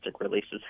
releases